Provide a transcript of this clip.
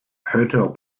hotel